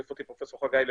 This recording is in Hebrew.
החליף אותי פרופ' חגי לוין.